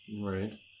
right